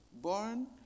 born